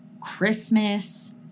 Christmas